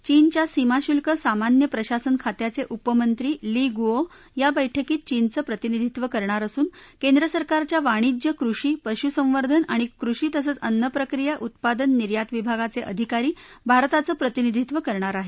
चीनच्या सीमाशुल्क सामान्य प्रशासन खात्याचे उपमंत्री ली गुओ या बैठकीत चीनचं प्रतिनिधीत्व करणार असून केंद्र सरकारच्या वाणिज्य कृषी पशुसंवर्धन आणि कृषी तसंच अन्नप्रक्रिया उत्पादन निर्यात विभागाचे अधिकारी भारताचं प्रतिनिधीत्व करणार आहेत